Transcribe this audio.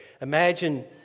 Imagine